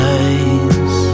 eyes